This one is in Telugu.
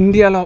ఇండియాలో ప్రతి ఒక్క ప్రతి ఒక్క